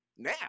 now